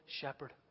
shepherd